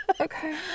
Okay